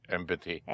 Empathy